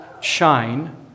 shine